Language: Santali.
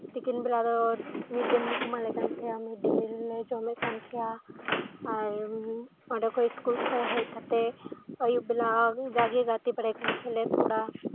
ᱛᱤᱠᱤᱱ ᱵᱮᱞᱟ ᱫᱚ ᱢᱤᱰᱰᱮᱢᱤᱞ ᱠᱚ ᱮᱢᱟᱞᱮ ᱠᱟᱱ ᱛᱟᱦᱮᱱᱟ ᱢᱤᱰᱰᱮᱢᱤᱞ ᱞᱮ ᱡᱚᱢᱮᱫ ᱠᱟᱱ ᱛᱟᱦᱮᱱᱟ ᱟᱨ ᱚᱸᱰᱮᱠᱷᱚᱱ ᱤᱥᱠᱩᱞ ᱠᱷᱚᱱ ᱦᱮᱡ ᱠᱟᱛᱮᱫ ᱟᱹᱭᱩᱵ ᱵᱮᱲᱟ ᱡᱟᱜᱤ ᱜᱟᱛᱮ ᱵᱟᱲᱟᱭ ᱠᱟᱱ ᱛᱟᱦᱮᱸᱫ ᱟᱞᱮ ᱛᱷᱚᱲᱟ